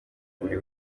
buri